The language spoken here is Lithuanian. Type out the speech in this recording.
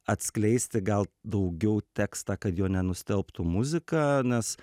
atskleisti gal daugiau tekstą kad jo nenustelbtų muzika nes